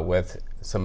with some